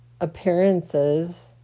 appearances